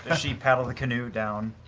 she paddle the canoe down?